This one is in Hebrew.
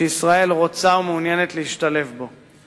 שישראל רוצה ומעוניינת להשתלב בו.